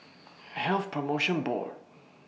Health promotion Board